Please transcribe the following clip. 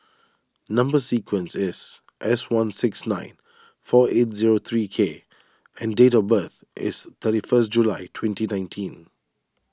Number Sequence is S one six nine four eight zero three K and date of birth is thirty frist July twenty nineteen